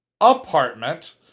apartment